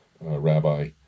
Rabbi